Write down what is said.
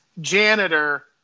janitor